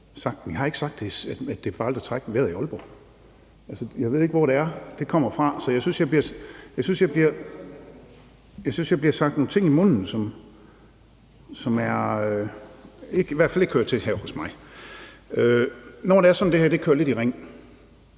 altså ikke sagt, at det er farligt at trække vejret i Aalborg. Jeg ved ikke, hvor det er, det kommer fra. Jeg synes, at jeg får lagt nogle ting i munden, som i hvert fald ikke hører til her hos mig. Når det er sådan, at det her kører lidt i ring,